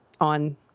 on